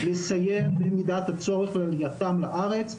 לסייע במידת הצורך בעלייתם לארץ,